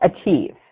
achieve